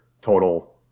total